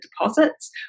deposits